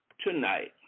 tonight